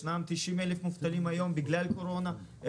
יש 90,000 מובטלים היום בגלל הקורונה.